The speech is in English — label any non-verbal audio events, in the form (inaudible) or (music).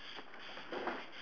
how do I start (noise)